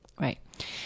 right